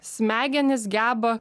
smegenys geba